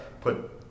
put